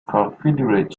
confederate